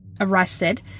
arrested